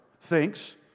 thinks